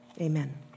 Amen